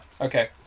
okay